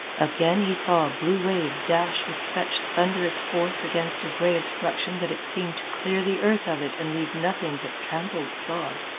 again, he saw a blue wave dash with such thunderous force against a gray obstruction that it seemed to clear the earth of it and leave nothing but trampled sod.